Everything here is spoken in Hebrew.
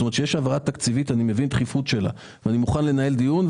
כשיש העברה תקציבית אני מבין את הדחיפות שלה ואני מוכן לנהל דיון.